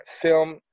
film